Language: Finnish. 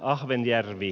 ahvenjärvi